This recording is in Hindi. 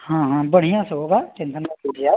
हाँ हाँ बढ़िया से होगा टेन्सन मत लीजिए आप